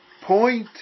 point